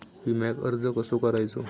विम्याक अर्ज कसो करायचो?